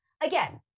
again